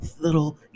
little